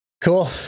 Cool